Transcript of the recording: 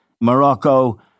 Morocco